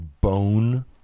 bone